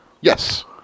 Yes